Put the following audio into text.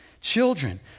Children